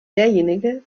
derjenige